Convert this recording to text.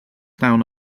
down